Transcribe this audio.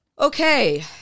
Okay